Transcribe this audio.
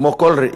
כמו כל ראי,